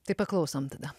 tai paklausom tada